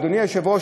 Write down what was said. אדוני היושב-ראש,